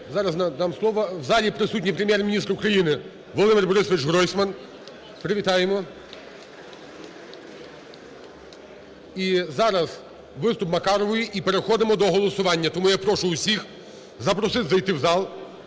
В залі присутній Прем'єр-міністр України Володимир Борисович Гройсман. Привітаємо. (Оплески) І зараз виступ Маркарової, і переходимо до голосування. Тому я прошу усіх, запросити, зайти в зал.